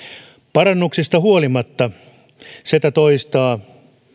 parannuksista huolimatta ceta toistaa